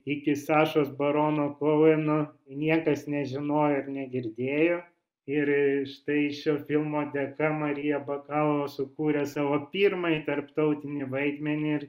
iki sašos barono koveno niekas nežinojo ir negirdėjo ir štai šio filmo dėka marija bakalova sukūrė savo pirmąjį tarptautinį vaidmenį